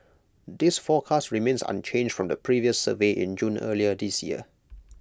this forecast remains unchanged from the previous survey in June earlier this year